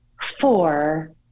four